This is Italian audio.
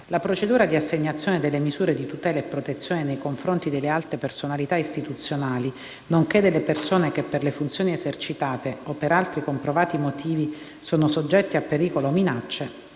la procedura di assegnazione delle misure di tutela e protezione nei confronti delle alte personalità istituzionali, nonché delle persone che, per le funzioni esercitate o per altri comprovati motivi, sono soggetti a pericolo o minacce,